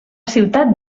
ciutat